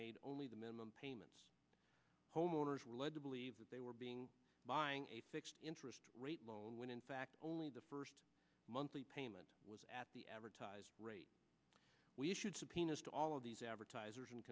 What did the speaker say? made only the minimum payments homeowners were led to believe that they were being buying a fixed interest rate loan when in fact only the first monthly payment was at the advertised rate we issued subpoenas to all of these advertisers and